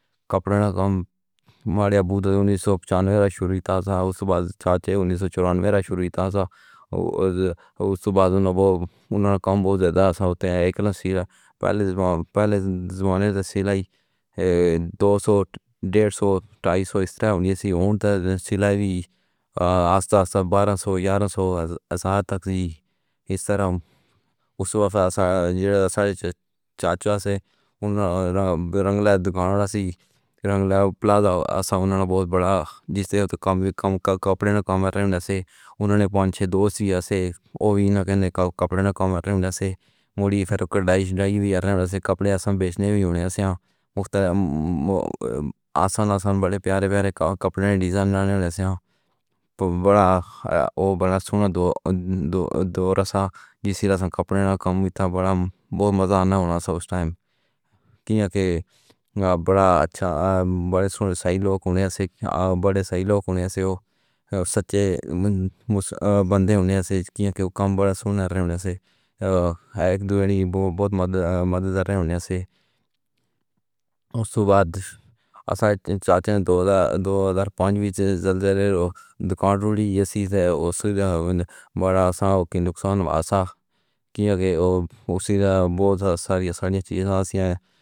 کپڑے دا کم ماڈےابونے انیسوپیچانوین وچ شروع کیتے گئے سن۔ اُس دے بعد چاچا 1994 وچ شروع ہویا سی۔ اُس دے بعد توں اُنہاں دا کم بہت زیادہ ہے۔ پہلے پہلے زمانے وچ سلائی، دو سو، ڈیڑھ سو، ڈھائی سو، ایس طرح دی چیزیں سن۔ سلائی وی، آساں آساں، بارہ سو، گیارہ سو، ایس طرح۔ اُس وقت میرے چاچا رنگ رنگ لا دُکان تے کم کردے سن۔ کپڑے دا کم کر رہے سن۔ اُنہاں نے پنج چھ دوست وی سن، اوہ وی کپڑے دا کم کر رہے سن۔ موری فبرک ڈائیج، ڈرائی ویویان سن۔ کپڑے ایسے بیچنے وی ہُندے نیں۔ آساں آساں، وڈے پیارے پیارے، کپڑے دے ڈیزائن بنانے وچ وڈا سونا، دو دو درجے دے کپڑے دا کم وی سی۔ بہت مزا آن والا سی اُس وقت۔ کیونکہ وڈا اچھا، وڈے سنو صحیح لوک ہونے سن۔ وڈے صحیح لوک ہونے سن تے سچے بندے ہونے سن۔ کیونکہ کم عمر توں بہت مدد مدد کر رہے ہون گے۔ اُس دے بعد چاچا نے دو دو ہزار پنجویں وچ زلزلے، رو دُکان توڑی جیسی سیڑھیاں بٹھورا۔ کوئی نقصان آساں کیونکہ اُسی دی وجہ توں ساری دنیا